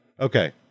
okay